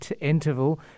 interval